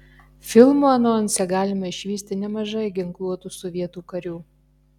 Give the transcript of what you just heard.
filmo anonse galima išvysti nemažai ginkluotų sovietų karių